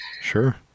sure